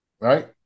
right